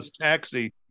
taxi